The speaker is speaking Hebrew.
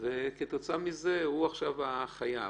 תוכלו לבדוק ולראות האם בעמוד הראשון יש גם בנק מחוץ לישראל.